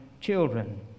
children